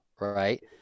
right